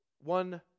one